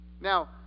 Now